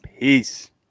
peace